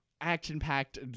action-packed